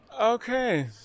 okay